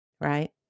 right